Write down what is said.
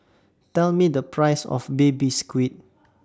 Tell Me The Price of Baby Squid